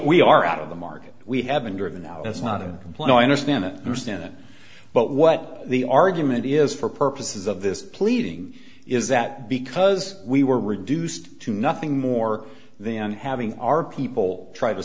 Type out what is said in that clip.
are out of the market we haven't driven out that's not a ploy understand that understand that but what the argument is for purposes of this pleading is that because we were reduced to nothing more than having our people try to